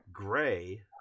Gray